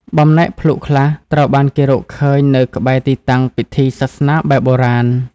បំណែកភ្លុកខ្លះត្រូវបានគេរកឃើញនៅក្បែរទីតាំងពិធីសាសនាបែបបុរាណ។